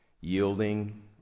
Yielding